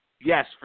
Yes